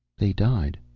they died.